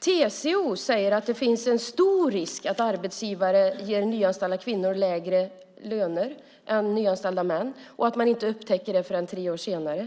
TCO säger att det finns en stor risk att arbetsgivare ger nyanställda kvinnor lägre löner än nyanställda män och att man inte upptäcker det förrän tre år senare.